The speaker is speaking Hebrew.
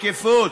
שקיפות,